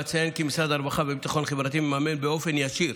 אציין כי משרד הרווחה והביטחון החברתי מממן באופן ישיר